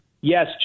Yes